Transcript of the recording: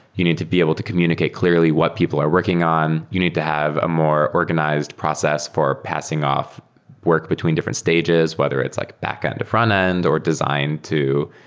you need to be able to communicate clearly what people are working on. you need to have a more organized process for passing off work between different stages, whether it's like backend to frontend or design to